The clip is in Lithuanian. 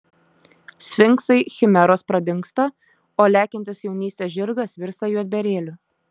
sfinksai chimeros pradingsta o lekiantis jaunystės žirgas virsta juodbėrėliu